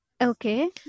Okay